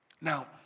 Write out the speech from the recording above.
Now